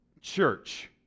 church